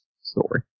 story